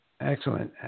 Excellent